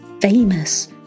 famous